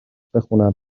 بخونم